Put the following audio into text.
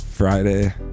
friday